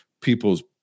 people's